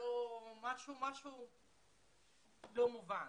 משהו לא מובן.